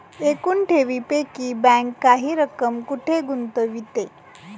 एकूण ठेवींपैकी बँक काही रक्कम कुठे गुंतविते?